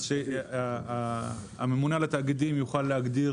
אז שהממונה על התאגידים יוכל להגדיר